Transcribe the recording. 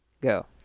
go